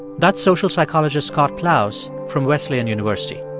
that's social psychologist scott plous from wesleyan university